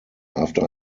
after